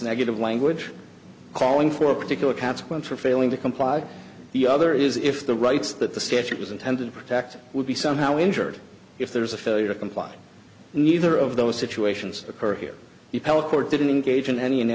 negative language calling for a particular consequence for failing to comply the other is if the rights that the statute was intended to protect would be somehow injured if there's a failure to comply neither of those situations occur here you tell court didn't engage in an